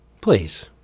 Please